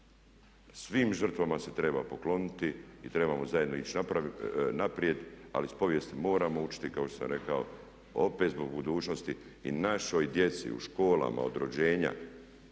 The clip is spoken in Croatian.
Svim žrtvama se treba pokloniti, trebamo zajedno ići naprijed ali iz povijesti moramo učiti kao što sam rekao opet zbog budućnosti i našoj djeci u školama od rođenja,